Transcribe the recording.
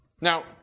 Now